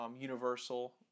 Universal